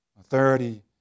Authority